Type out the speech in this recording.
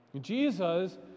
Jesus